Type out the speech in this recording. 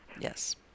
Yes